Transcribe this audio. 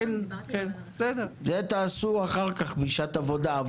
את זה תעשו אחר כך בפגישת עבודה.